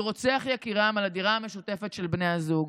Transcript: רוצח יקירם על הדירה המשותפת של בני הזוג.